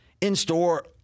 in-store